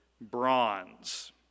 bronze